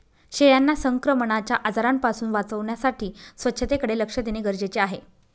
शेळ्यांना संक्रमणाच्या आजारांपासून वाचवण्यासाठी स्वच्छतेकडे लक्ष देणे गरजेचे आहे